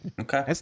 Okay